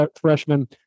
freshman